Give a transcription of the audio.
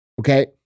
Okay